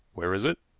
where is it?